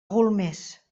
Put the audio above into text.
golmés